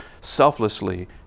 selflessly